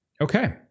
Okay